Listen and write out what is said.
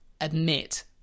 admit